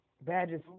Badges